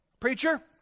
Preacher